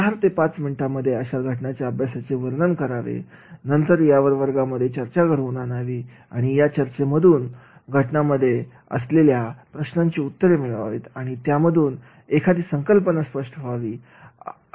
चार ते पाच मिनिटांमध्ये अशा घटनांच्या अभ्यासाचे वर्णन करावे आणि नंतर यावर वर्गामध्ये चर्चा घडवून आणावी आणि या चर्चेमधून घटनांमध्ये असलेल्या प्रश्नांची उत्तरे मिळावीत आणि त्यातून एखादी संकल्पना स्पष्ट व्हावी